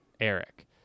Eric